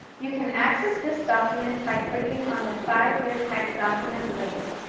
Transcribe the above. you can access this document by clicking on the five year tech document link.